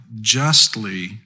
justly